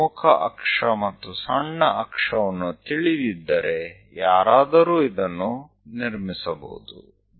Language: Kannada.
ನಾವು ಪ್ರಮುಖ ಅಕ್ಷ ಮತ್ತು ಸಣ್ಣ ಅಕ್ಷವನ್ನು ತಿಳಿದಿದ್ದರೆ ಯಾರಾದರೂ ಇದನ್ನು ನಿರ್ಮಿಸಬಹುದು